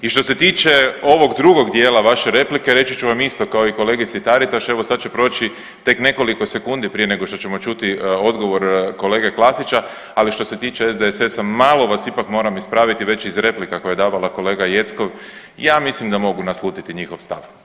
I što se tiče ovog drugog dijela vaše replike reći ću vam isto kao i kolegici Taritaš, evo sad će proći tek nekoliko sekundi prije nego što ćemo čuti odgovor kolege Klasića, ali što se tiče SDSS-a malo vas ipak moram ispraviti već iz replika koje je davala kolega Jeckov ja mislim da mogu naslutiti njihov stav.